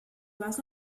vas